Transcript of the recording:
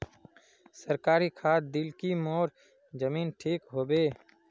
सरकारी खाद दिल की मोर जमीन ठीक होबे?